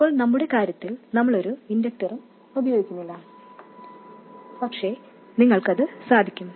ഇപ്പോൾ നമ്മുടെ കാര്യത്തിൽ നമ്മൾ ഒരു ഇൻഡക്ടറുകളും ഉപയോഗിക്കുന്നില്ല പക്ഷേ നിങ്ങൾക്കത് സാധിക്കും